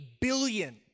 billion